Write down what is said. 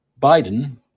Biden